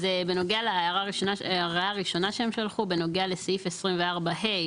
אז בנוגע להערה הראשונה שהם שלחו לסעיף 24(ה),